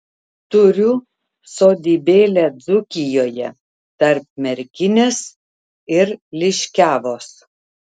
turiu sodybėlę dzūkijoje tarp merkinės ir liškiavos